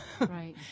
Right